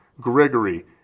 Gregory